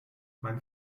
mein